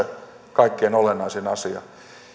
kaikkein olennaisin asia